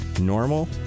Normal